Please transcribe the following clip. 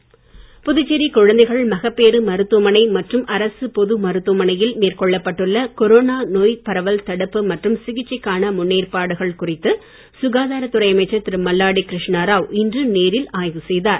மல்லாடி ஆய்வு புதுச்சேரி குழந்தைகள் மகப்பேறு மருத்துவமனை மற்றும் அரசு பொது மருத்துவமனையில் மேற்கொள்ளப்பட்டுள்ள கொரோனா நோய் பரவல் தடுப்பு மற்றும் சிகிச்சைக்கான முன்னேற்பாடுகள் குறித்து சுகாதாரத் துறை அமைச்சர் திரு மல்லாடி கிருஷ்ணராவ் இன்று நேரில் ஆய்வு செய்தார்